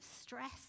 stress